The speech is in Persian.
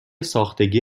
ساختگی